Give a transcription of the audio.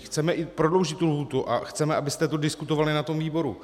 Chceme i prodloužit lhůtu a chceme, abyste o tom diskutovali ve výboru.